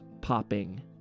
popping